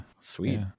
sweet